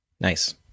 Nice